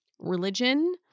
religion